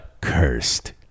Cursed